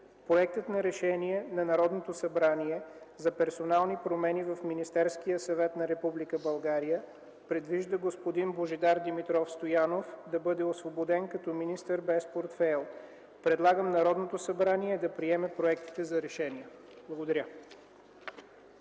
Проектът за Решение на Народното събрание за персонални промени в Министерския съвет на Република България предвижда господин Божидар Димитров Стоянов да бъде освободен като министър без портфейл. Предлагам Народното събрание да приеме проектите за решение. Благодаря.